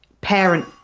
parent